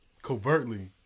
Covertly